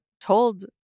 told